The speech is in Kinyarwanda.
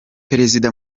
perezida